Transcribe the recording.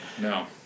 No